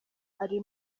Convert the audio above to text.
ari